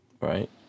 right